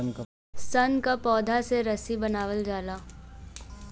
सन क पौधा से रस्सी बनावल जाला